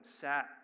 sat